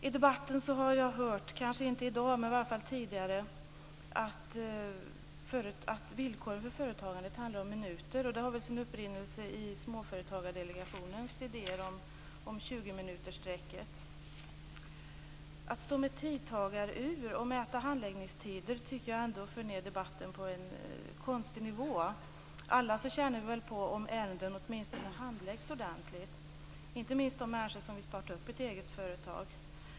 Kanske inte i dagens debatt men i varje fall i debatten förut har jag hört att villkoren för företagandet handlar om minuter. Det har väl sin upprinnelse i Att tala om tidtagarur och om mätande av handläggningstider tycker jag för ned debatten på en konstig nivå. Alla tjänar vi väl på att ärenden åtminstone handläggs ordentligt. Inte minst gäller det dem som vill starta ett eget företag.